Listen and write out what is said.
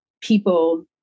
people